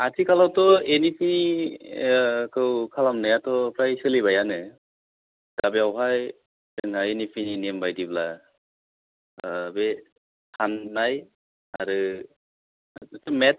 आथिखालावथ' N E P खौ खालामनायाथ' फ्राय सोलिबायानो दा बेवहाय जोंना एन इ पि नेम बादिब्ला बे सान्नाय आरो मेठस